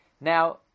Now